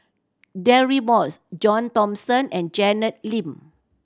Deirdre Moss John Thomson and Janet Lim